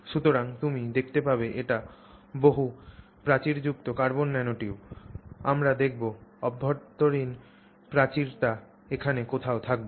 সুতরাং তুমি দেখতে পাবে এটি বহু প্রাচীরযুক্ত কার্বন ন্যানোটিউব আমরা দেখব অভ্যন্তরীণ প্রাচীরটি এখানে কোথাও থাকবে